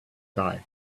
guy